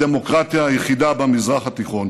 הדמוקרטיה היחידה במזרח התיכון.